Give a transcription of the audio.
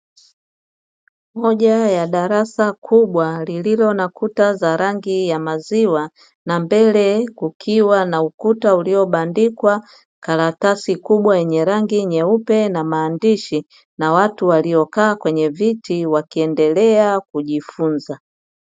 Moja ya darasa kubwa lililo na kuta za rangi ya maziwa na mbele kukiwa na ukuta uliobandikwa karatasi kubwa yenye rangi nyeupe na maandishi na watu waliokaa kwenye viti wakiendelea kujifunza.